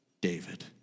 David